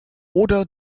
oder